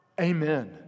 Amen